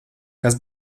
kas